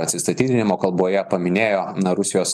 atsistatydinimo kalboje paminėjo na rusijos